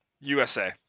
USA